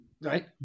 right